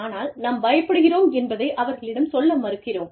ஆனால் நாம் பயப்படுகிறோம் என்பதை அவர்களிடம் சொல்ல மறுக்கிறோம்